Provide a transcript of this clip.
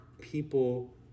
people